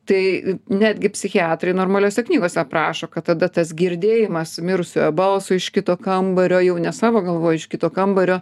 tai netgi psichiatrai normaliose knygose aprašo kad tada tas girdėjimas mirusiojo balso iš kito kambario jau ne savo galvoj iš kito kambario